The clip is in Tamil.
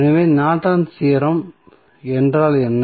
எனவே நார்டன்ஸ் தியோரம் என்றால் என்ன